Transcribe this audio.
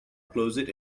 closet